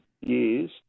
years